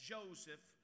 Joseph